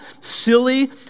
silly